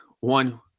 one